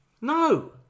No